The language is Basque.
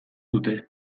dute